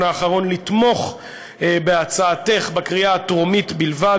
האחרון לתמוך בהצעתך בקריאה הטרומית בלבד,